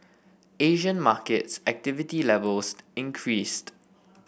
Asian markets activity levels increased